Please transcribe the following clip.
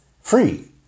Free